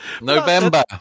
November